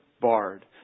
barred